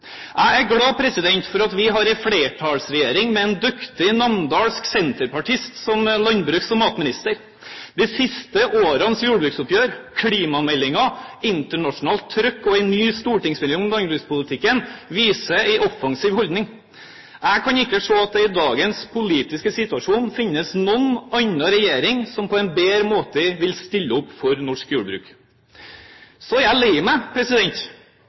Jeg er glad for at vi har en flertallsregjering med en dyktig namdalsk senterpartist som landbruks- og matminister. De siste årenes jordbruksoppgjør, klimameldingen, internasjonalt trøkk og en ny stortingsmelding om landbrukspolitikken viser en offensiv holdning. Jeg kan ikke se at det i dagens politiske situasjon finnes noen annen regjering som på en bedre måte vil stille opp for norsk jordbruk. Så er